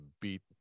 beat